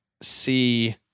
see